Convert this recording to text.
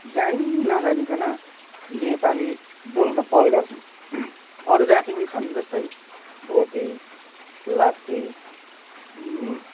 जानी नजानीकन नेपाली बोल्न बल गर्छन् अरू जाति पनि छन् जस्तै भोटे लाप्चे